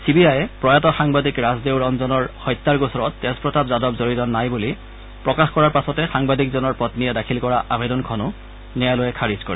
C B আয়ে প্ৰয়াত সাংবাদিক ৰাজদেও ৰঞ্জনৰ হত্যাৰ গোচৰত তেজপ্ৰতাপ যাদব জড়িত নাই বুলি প্ৰকাশ কৰাৰ পাছতে সাংবাদিকজনৰ পন্নীয়ে দাখিল কৰা আবেদনখনো ন্যায়ালয়ে খাৰিজ কৰে